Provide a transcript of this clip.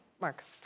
Mark